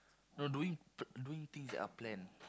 no doing p~ doing things that are planned